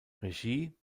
regie